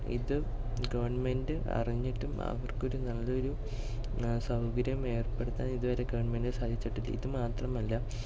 ഇത് ഗവൺമെൻ്റ് അറിഞ്ഞിട്ടും അവർക്കൊരു നല്ലൊരു സൗകര്യം ഏർപ്പെടുത്താൻ ഇതുവരെ ഗവൺമെൻ്റിനു സാധിച്ചിട്ടില്ല ഇതു മാത്രമല്ല